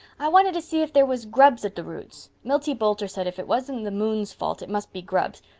i wanted to see if there was grubs at the roots. milty boulter said if it wasn't the moon's fault it must be grubs.